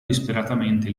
disperatamente